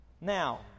Now